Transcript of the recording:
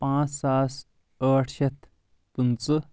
پانٛژھ ساس ٲٹھ شیٚتھ پٕنژٕ